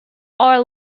are